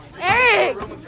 Eric